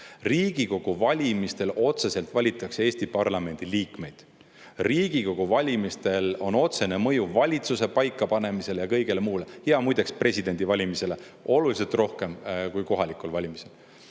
Riigikogu valimistel otseselt valitakse Eesti parlamendi liikmeid. Riigikogu valimistel on otsene mõju valitsuse paikapanemisele ja kõigele muule, ja muideks presidendi valimisele, oluliselt rohkem kui kohalikel valimistel.